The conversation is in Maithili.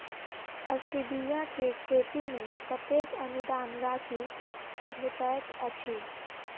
स्टीबिया केँ खेती मे कतेक अनुदान राशि भेटैत अछि?